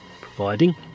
providing